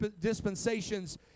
dispensations